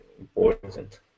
important